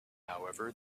however